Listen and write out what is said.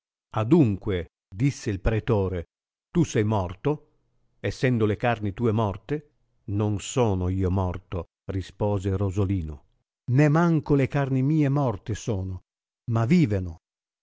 adunque disse il pretore tu sei morto essendo le carni tue morte non sono io morto rispose rosolino né manco le carni mie morte sono ma viveno